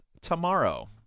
tomorrow